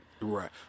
Right